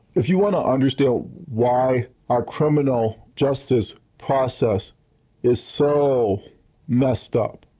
if you want to understand why our criminal justice process is so messed up,